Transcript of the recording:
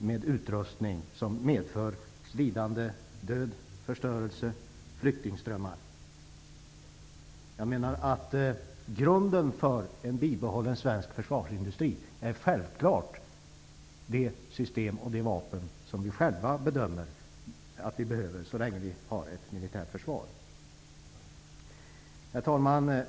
med utrustning som medför lidande, död, förstörelse och flyktingströmmar? Grunden för en bibehållen svensk försvarsindustri är självfallet det system och de vapen som vi själva bedömer att vi behöver så länge vi har ett militärt försvar. Herr talman!